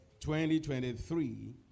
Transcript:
2023